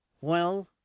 Well—